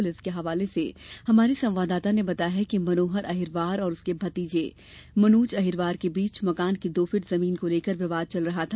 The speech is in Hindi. पुलिस के हवाले से हमारे संवाददाता ने बताया है कि मनोहर अहिरवार और उसके भतीजे मनोज अहिरवार के बीच मकान की दो फीट जमीन को लेकर विवाद चल रहा था